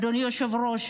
אדוני היושב-ראש